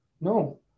no